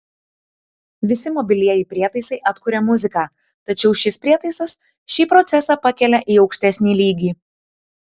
visi mobilieji prietaisai atkuria muziką tačiau šis prietaisas šį procesą pakelia į aukštesnį lygį